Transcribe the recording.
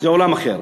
זה עולם אחר.